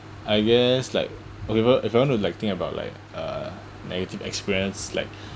I guess like whatever if you want to like think about like uh negative experience like